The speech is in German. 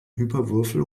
hyperwürfel